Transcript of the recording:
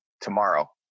tomorrow